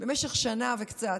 במשך שנה וקצת,